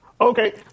Okay